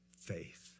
faith